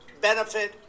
benefit